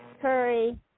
Curry